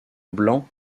blanc